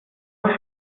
holz